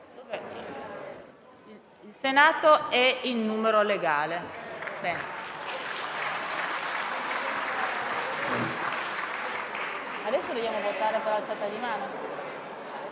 Il Senato è in numero legale.